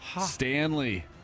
Stanley